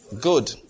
Good